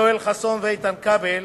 יואל חסון ואיתן כבל,